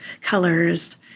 colors